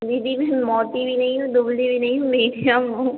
दीदी मैं मोटी भी नहीं हूँ दुबली भी नहीं हूँ मीडियम हूँ